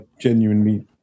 genuinely